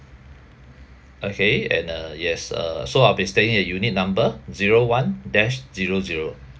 okay and uh yes uh so I'll be staying at unit number zero one dash zero zero